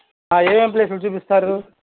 ఏం ఏం ప్లేసులు చూపిస్తారు